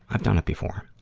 i've done it before.